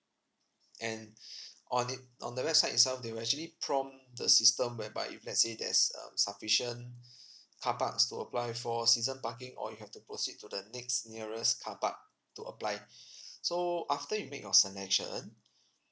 and on it on the website itself they will actually prompt the system whereby if let's say there's um sufficient car parks to apply for season parking or you have to proceed to the next nearest car park to apply so after you make your selection